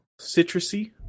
citrusy